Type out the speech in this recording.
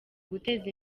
guteza